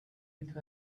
with